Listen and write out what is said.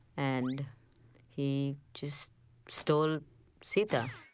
and he just stole sita.